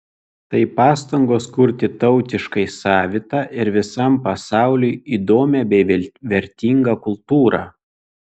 tai pastangos kurti tautiškai savitą ir visam pasauliui įdomią bei vertingą kultūrą